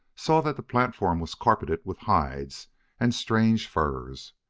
saw that the platform was carpeted with hides and strange furs.